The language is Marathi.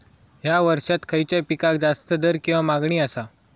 हया वर्सात खइच्या पिकाक जास्त दर किंवा मागणी आसा?